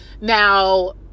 Now